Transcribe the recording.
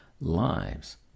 lives